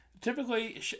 Typically